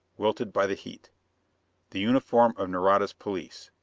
wilted by the heat the uniform of nareda's police.